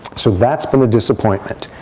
so that's been a disappointment.